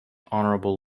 honorable